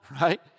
Right